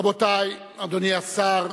רבותי, אדוני השר,